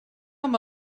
amb